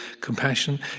compassion